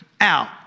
out